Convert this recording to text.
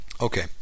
Okay